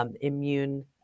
immune